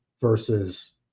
versus